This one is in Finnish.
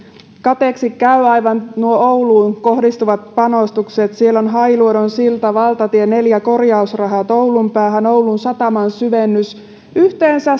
kateeksi aivan käyvät nuo ouluun kohdistuvat panostukset siellä on hailuodon silta valtatie neljän korjausrahat oulun päähän oulun sataman syvennys yhteensä